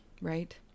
right